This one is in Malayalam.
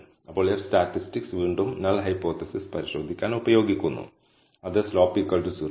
ഇപ്പോൾ F സ്റ്റാറ്റിസ്റ്റിക്സു വീണ്ടും നൾ ഹൈപോതെസിസ് പരിശോധിക്കാൻ ഉപയോഗിക്കുന്നു അത് സ്ലോപ്പ് 0 ആണ്